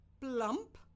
plump